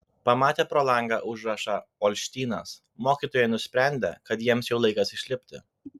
pamatę pro langą užrašą olštynas mokytojai nusprendė kad jiems jau laikas išlipti